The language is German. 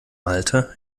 alter